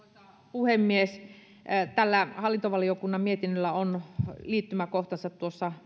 puhemies tällä hallintovaliokunnan mietinnöllä on liittymäkohtansa